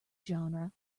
genre